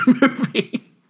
movie